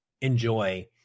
enjoy